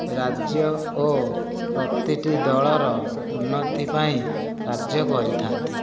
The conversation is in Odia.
ରାଜ୍ୟ ଓ ପ୍ରତିଟି ଦଳର ଉନ୍ନତି ପାଇଁ କାର୍ଯ୍ୟ କରିଥାନ୍ତି